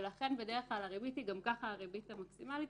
ולכן בדרך כלל הריבית גם ככה היא הריבית המקסימלית,